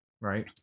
Right